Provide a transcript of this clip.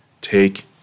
Take